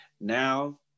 Now